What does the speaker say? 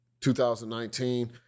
2019